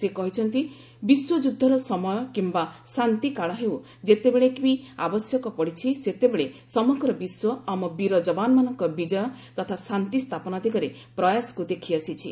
ସେ କହିଛନ୍ତି ବିଶ୍ୱଯୁଦ୍ଧର ସମୟ କିମ୍ବା ଶାନ୍ତି କାଳ ହେଉ ଯେତେବେଳେ ବି ଆବଶ୍ୟକ ପଡ଼ିଛି ସେତେବେଳେ ସମଗ୍ର ବିଶ୍ୱ ଆମ ବୀର ଯବାନମାନଙ୍କ ବିଜୟ ତଥା ଶାନ୍ତି ସ୍ଥାପନା ଦିଗରେ ପ୍ରୟାସକ୍ର ଦେଖି ଆସିଛି